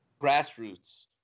grassroots